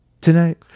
tonight